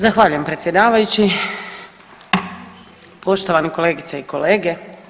Zahvaljujem predsjedavajući, poštovane kolegice i kolege.